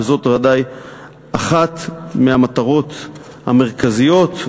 וזאת בוודאי אחת מהמטרות המרכזיות,